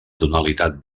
tonalitat